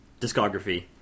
discography